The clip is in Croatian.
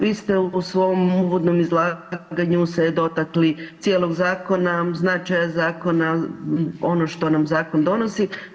Vi ste se u svom uvodnom izlaganju dotakli cijelog zakona, značaja zakona, ono što nam zakon donosi.